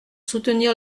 soutenir